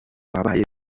wabaye